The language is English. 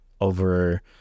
over